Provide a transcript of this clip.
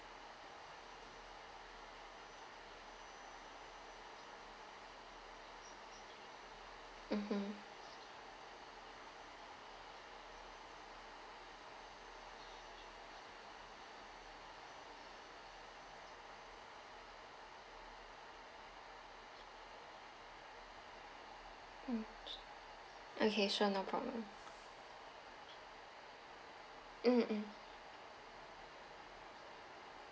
mmhmm okay okay sure no problem mm mm